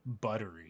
buttery